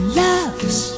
love's